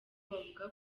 bavuga